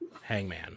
Hangman